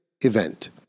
event